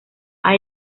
han